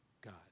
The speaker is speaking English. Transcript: God